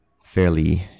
fairly